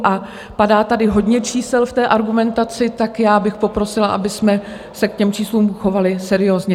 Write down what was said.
A padá tady hodně čísel v té argumentaci, tak já bych poprosila, abychom se k těm číslům chovali seriózně.